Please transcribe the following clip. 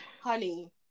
honey